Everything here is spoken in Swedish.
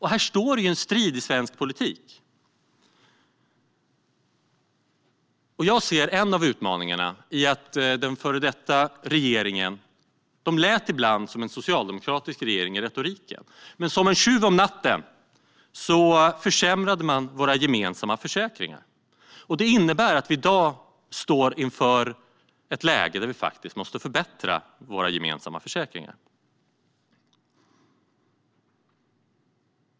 Här står en strid i svensk politik. Jag ser en av utmaningarna i att den före detta regeringen ibland lät som en socialdemokratisk regering i retoriken, men som en tjuv om natten försämrade den våra gemensamma försäkringar. Det innebär att vi i dag står inför ett läge där vi måste förbättra våra gemensamma försäkringar.